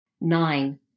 Nine